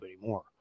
anymore